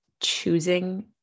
choosing